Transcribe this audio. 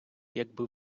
якби